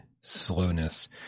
slowness